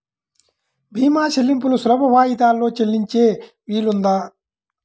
భీమా చెల్లింపులు సులభ వాయిదాలలో చెల్లించే వీలుందా?